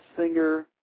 singer